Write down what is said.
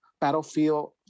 battlefield